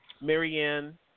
Marianne